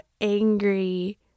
angry